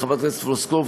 חברת הכנסת פלוסקוב,